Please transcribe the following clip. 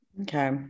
Okay